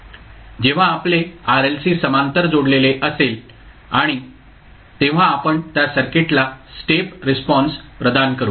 जेव्हा आपले RLC समांतर जोडलेले असेल आणि तेव्हा आपण त्या सर्किटला स्टेप रिस्पॉन्स प्रदान करु